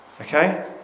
Okay